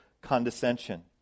condescension